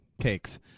cakes